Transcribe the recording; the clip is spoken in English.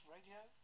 Radio